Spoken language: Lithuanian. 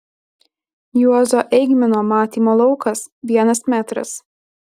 juozo eigmino matymo laukas vienas metras